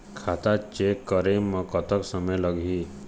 खाता चेक करे म कतक समय लगही?